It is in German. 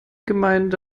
gemeinde